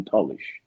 Polish